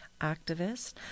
activist